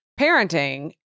parenting